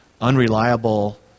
unreliable